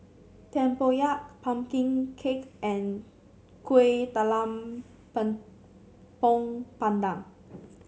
tempoyak pumpkin cake and Kueh Talam pandan